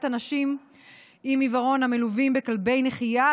אנשים עם עיוורון המלווים בכלבי נחייה.